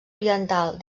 oriental